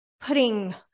putting